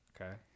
Okay